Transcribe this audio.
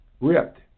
ripped